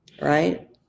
right